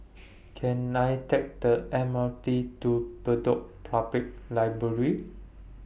Can I Take The M R T to Bedok Public Library